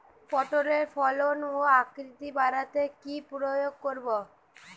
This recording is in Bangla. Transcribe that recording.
পটলের ফলন ও আকৃতি বাড়াতে কি প্রয়োগ করব?